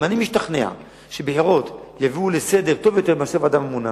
אם אני משתכנע שבחירות יביאו לסדר טוב יותר מאשר ועדה ממונה,